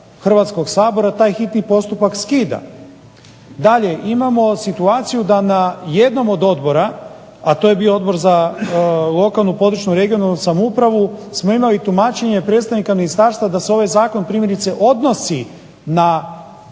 Hrvatskog sabora taj hitni postupak skida. Dalje, imamo situaciju da na jednom od odbora, a to je bio Odbor za lokalnu, područnu (regionalnu) samoupravu smo imali tumačenje predstavnika ministarstva da se ovaj zakon primjerice odnosi na